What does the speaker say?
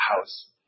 house